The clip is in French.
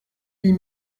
huit